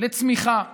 לצמיחה